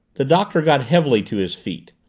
the doctor got heavily to his feet.